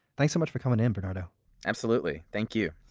thanks so much for coming in, bernardo absolutely, thank you